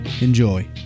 Enjoy